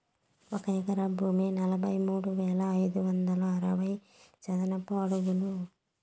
ఒక ఎకరా భూమి నలభై మూడు వేల ఐదు వందల అరవై చదరపు అడుగులు